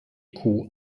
kuh